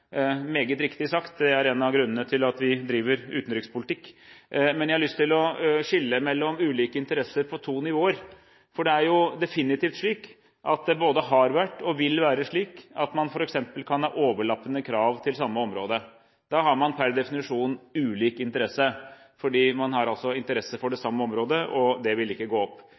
meget riktig sagt. Det er en av grunnene til at vi driver utenrikspolitikk. Men jeg har lyst til å skille mellom ulike interesser på to nivåer. For det har definitivt både vært slik og vil være slik at man f.eks. kan ha overlappende krav til samme område. Da har man per definisjon ulik interesse, fordi man altså har interesse for det samme området, og det vil ikke gå opp.